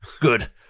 good